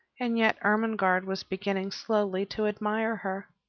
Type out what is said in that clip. and yet ermengarde was beginning slowly to admire her.